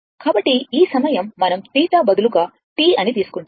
కాబట్టి ఈ సమయం మనం θ బదులుగా T అని తీసుకుంటాము